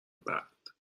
بعد